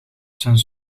zijn